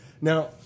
Now